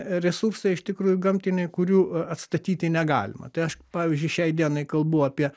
resursai iš tikrųjų gamtiniai kurių atstatyti negalima tai aš pavyzdžiui šiai dienai kalbu apie